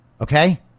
okay